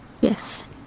yes